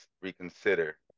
reconsider